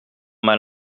mal